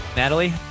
Natalie